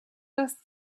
das